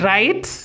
Right